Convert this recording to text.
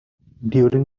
during